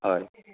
হয়